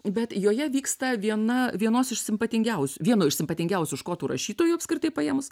bet joje vyksta viena vienos iš simpatingiausių vieno iš simpatingiausių škotų rašytojų apskritai paėmus